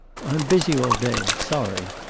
i'm busy all day. sorry.